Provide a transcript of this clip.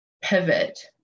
pivot